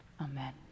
Amen